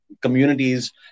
communities